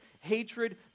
hatred